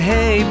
Hey